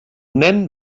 nen